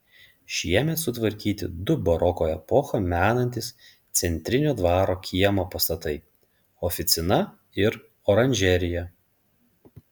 šiemet sutvarkyti du baroko epochą menantys centrinio dvaro kiemo pastatai oficina ir oranžerija